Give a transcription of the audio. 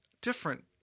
different